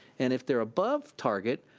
and if they're above target,